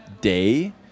day